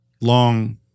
long